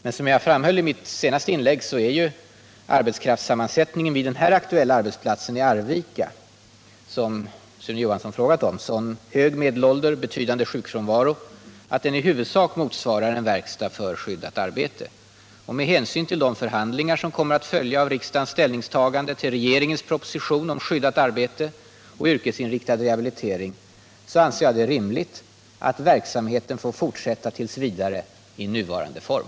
Men som jag just framhållit är arbetskraftssammansättningen vid den aktuella arbetsplatsen i Arvika sådan — de anställda har hög medelålder och betydande sjukfrånvaro — att den i huvudsak motsvarar en verkstad för skyddat arbete. Med hänsyn till de förhandlingar som kommer att följa av riksdagens ställningstagande till. regeringens proposition om skyddat arbete och yrkesinriktad rehabilitering anser jag det rimligt att verksamheten får fortsätta tills vidare i sin nuvarande form.